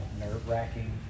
nerve-wracking